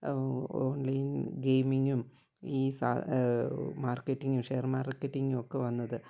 O online ഗെയിമിങ്ങും ഈ സാ മാർക്കറ്റിങ്ങും ഷെയർ മാർക്കറ്റിങ്ങുവൊക്കെ വന്നത്